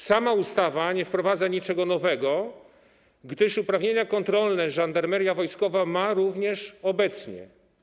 Sama ustawa nie wprowadza niczego nowego, gdyż uprawnienia kontrolne Żandarmeria Wojskowa ma również obecnie.